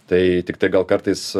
tai tiktai gal kartais